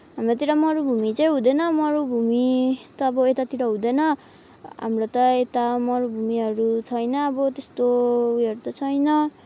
हाम्रोतिर मरुभूमि चाहिँ हुँदैन मरुभूमि त अब यतातिर हुँदैन हाम्रो त यता मरुभूमिहरू छैन अब त्यस्तो उयोहरू त छैन